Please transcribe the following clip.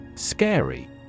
Scary